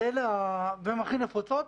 והן הכי נפוצות,